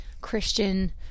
Christian